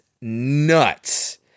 nuts